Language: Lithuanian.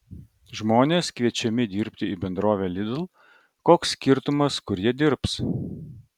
žmonės kviečiami dirbti į bendrovę lidl koks skirtumas kur jie dirbs